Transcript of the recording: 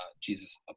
Jesus